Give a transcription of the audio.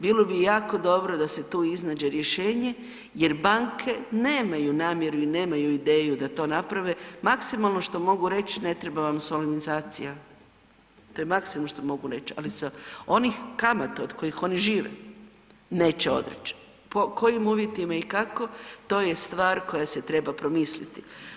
Bilo bi jako dobro da se tu iznađe rješenje jer banke nemaju namjeru i nemaju ideju da to naprave, maksimalno što mogu reći ne treba vam solemnizacija, to je maksimu što mogu reći, ali onih kamata od kojih oni žive neće odreć, po kojim uvjetima i kako to je stvar koja se treba promisliti.